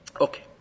Okay